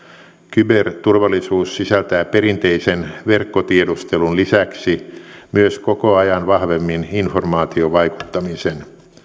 kyberturvallisuus sisältää perinteisen verkkotiedustelun lisäksi myös koko ajan vahvemmin informaatiovaikuttamisen